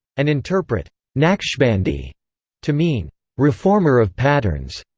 and interpret naqshbandi to mean reformer of patterns,